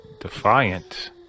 Defiant